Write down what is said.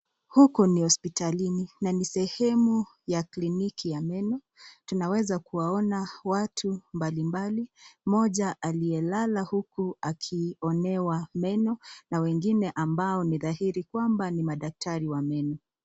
Huko ni hospitalini na ni sehemu ya kliniki ya meno. Tunaweza kuwaona watu mbalimbali. Mmoja aliyelala huku akionewa meno na wengine ambao ni dhahiri kwamba ni madaktari wa meno.